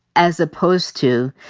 as opposed to,